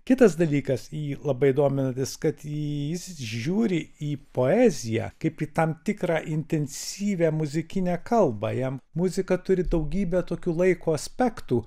kitas dalykas jį labai dominantis kad jis žiūri į poeziją kaip į tam tikrą intensyvią muzikinę kalbą jam muzika turi daugybę tokių laiko aspektų